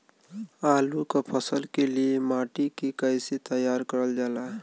आलू क फसल के लिए माटी के कैसे तैयार करल जाला?